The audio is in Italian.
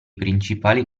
principali